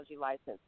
license